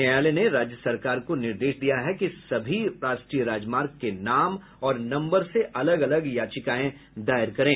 न्यायालय ने राज्य सरकार को निर्देश दिया है कि सभी राष्ट्रीय राजमार्ग के नाम और नम्बर से अलग अलग याचिकाएं दायर करें